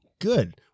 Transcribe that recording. Good